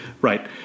right